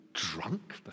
drunk